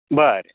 बरें